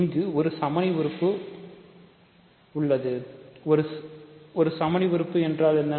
இங்கு ஒரு சமணி உறுப்பு உறுப்பு உள்ளது ஒரு சமணி உறுப்பு என்றால் என்ன